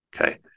okay